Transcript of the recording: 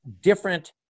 different